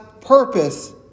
purpose